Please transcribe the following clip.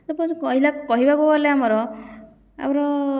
suppose କହିଲା କହିବାକୁ ଗଲେ ଆମର ଆମର